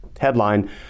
headline